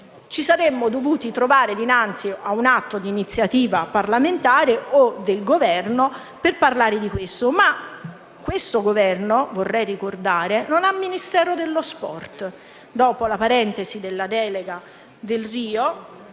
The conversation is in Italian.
ci saremmo dovuti trovare dinanzi ad un atto di iniziativa parlamentare o del Governo, ma questo Governo, vorrei ricordarlo, non ha un Ministero dello sport. Dopo la parentesi della delega Delrio,